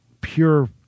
pure